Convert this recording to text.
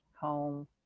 home